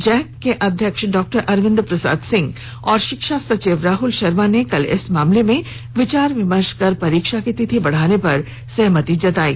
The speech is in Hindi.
जैक के अध्यक्ष डॉ अरविंद प्रसाद सिंह और शिक्षा सचिव राहुल शर्मा ने कल इस मामले में विचार विमर्श कर परीक्षा की तिथि बढ़ाने पर सहमति जतायी